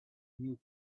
new